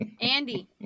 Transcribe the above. Andy